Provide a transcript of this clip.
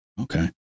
Okay